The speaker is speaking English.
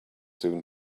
soon